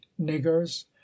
niggers